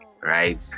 right